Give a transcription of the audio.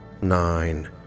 nine